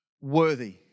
worthy